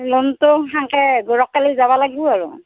লোনটো সেনকে যাব লাগিব আৰু